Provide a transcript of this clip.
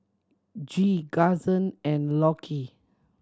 Gee Karson and Lockie